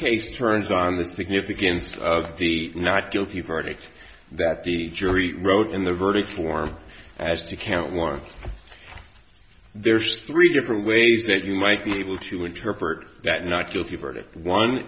case turns on the significance of the not guilty verdict that the jury wrote in the verdict form as to count one there's three different ways that you might be able to interpret that not guilty verdict one